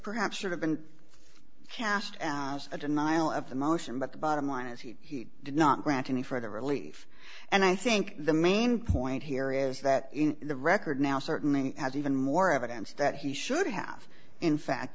perhaps or have been cast as a denial of the motion but the bottom line is he did not grant any further relief and i think the main point here is that the record now certainly has even more evidence that he should have in fact